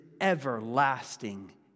everlasting